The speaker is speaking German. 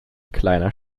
kleiner